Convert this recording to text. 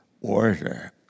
order